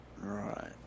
Right